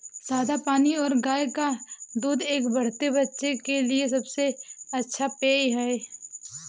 सादा पानी और गाय का दूध एक बढ़ते बच्चे के लिए सबसे अच्छा पेय हैं